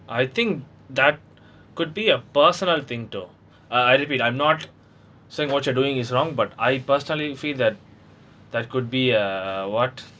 I think that could be a personal thing too I repeat I'm not saying what you're doing is wrong but I personally feel that that could be a what